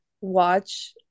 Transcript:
watch